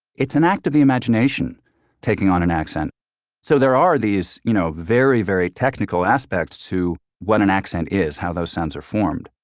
it's an act of the imagination taking on an accent so there are these you know very, very technical aspects to what an accent is, how those sounds are formed.